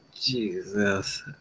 Jesus